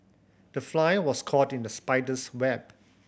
the fly was caught in the spider's web